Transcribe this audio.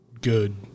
good